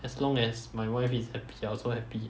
as long as my wife is happy I also happy